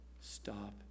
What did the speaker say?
stop